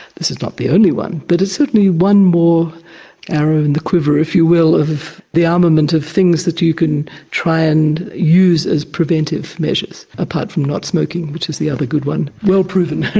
this is not the only one, but it's certainly one more arrow in the quiver, if you will, of the armament of things that you can try and use as preventive measures, apart from not smoking, which is the other good one. well proven!